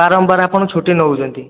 ବାରମ୍ବାର ଆପଣ ଛୁଟି ନେଉଛନ୍ତି